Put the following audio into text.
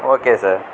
okay sir